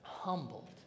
humbled